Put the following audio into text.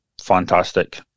fantastic